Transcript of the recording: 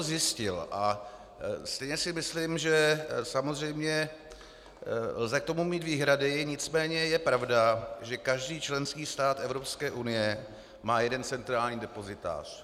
Zjistil jsem si to a stejně si myslím, že samozřejmě lze k tomu mít výhrady, nicméně je pravda, že každý členský stát Evropské unie má jeden centrální depozitář.